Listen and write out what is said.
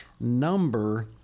number